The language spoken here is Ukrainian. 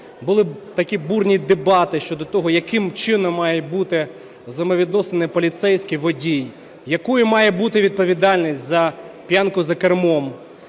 були такі бурні дебати щодо того, яким чином має бути взаємовідносини "поліцейський – водій", якою має бути відповідальність за п'янку за кермом.